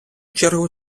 чергу